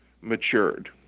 matured